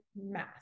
math